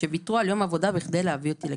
שוויתרו על יום עבודה בכדי להביא אותי לכאן.